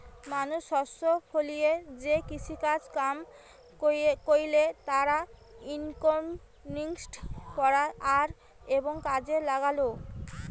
মানুষ শস্য ফলিয়ে যে কৃষিকাজ কাম কইরে তার ইকোনমিক্স পড়া আর এবং কাজে লাগালো